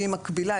שהיא מקבילה,